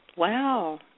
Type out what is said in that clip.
Wow